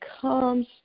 comes